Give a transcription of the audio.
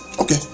Okay